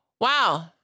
Wow